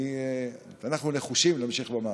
ואנחנו נחושים להמשיך במאבק.